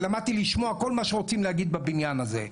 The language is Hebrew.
ולמדתי לשמוע כל מה שרוצים להגיד בבניין הזה.